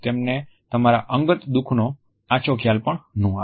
તેમને તમારા અંગત દુખનો આછો ખ્યાલ પણ ન આવે